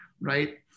right